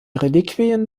reliquien